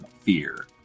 fear